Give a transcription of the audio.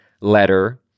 letter